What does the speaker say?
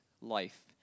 life